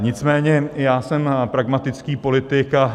Nicméně já jsem pragmatický politik.